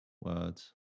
words